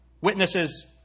Witnesses